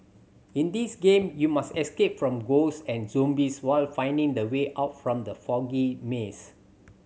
in this game you must escape from ghosts and zombies while finding the way out from the foggy maze